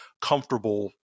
comfortable